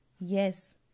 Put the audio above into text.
Yes